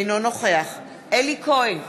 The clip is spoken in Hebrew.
אינו נוכח אלי כהן,